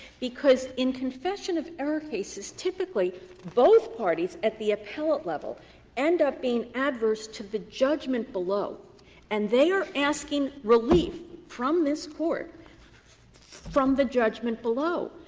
because in concession of error cases typically both parties at the appellate level end up being adverse to the judgment below and they are asking relief from this court from the judgment below.